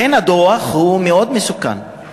לכן, הדוח הוא מאוד חמור,